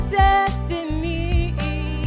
destiny